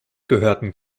gehörten